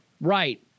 Right